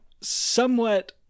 somewhat